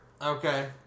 Okay